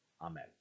Amen